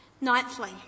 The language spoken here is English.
Ninthly